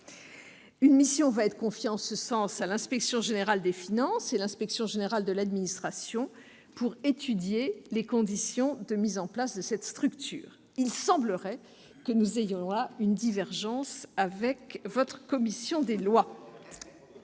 Une mission va être confiée en ce sens à l'Inspection générale des finances et l'Inspection générale de l'administration, pour étudier les conditions de mise en place de cette structure. Il semblerait que nous ayons là une divergence avec votre commission des lois.